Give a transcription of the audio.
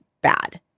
bad